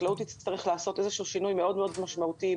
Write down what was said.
החקלאות תצטרך לעשות איזשהו שינוי מאוד מאוד משמעותי,